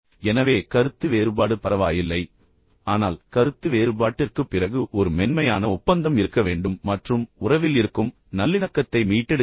எனவே கருத்து வேறுபாடு பரவாயில்லை ஆனால் கருத்து வேறுபாட்டிற்குப் பிறகு ஒரு மென்மையான ஒப்பந்தம் இருக்க வேண்டும் மற்றும் உறவில் இருக்கும் நல்லிணக்கத்தை மீட்டெடுக்க வேண்டும்